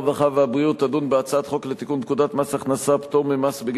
הרווחה והבריאות תדון בהצעת חוק לתיקון פקודת מס הכנסה (פטור ממס בגין